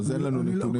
אז אין לנו נתונים.